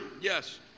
Yes